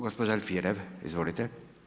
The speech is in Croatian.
Gospođa Alfirev, izvolite.